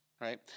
right